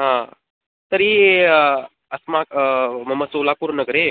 हा तर्हि अस्माकं मम सोलापुरनगरे